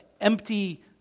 empty